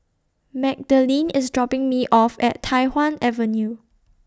Magdalene IS dropping Me off At Tai Hwan Avenue